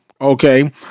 Okay